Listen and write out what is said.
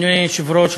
אדוני היושב-ראש,